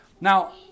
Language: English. Now